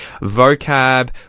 vocab